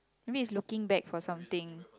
maybe it's looking back for something